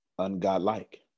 ungodlike